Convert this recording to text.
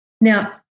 Now